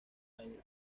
año